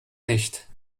nicht